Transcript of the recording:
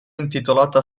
intitolata